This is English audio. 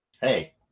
Hey